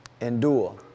endure